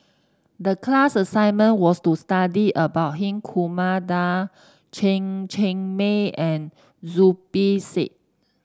the class assignment was to study about Hri Kumar Nair Chen Cheng Mei and Zubir Said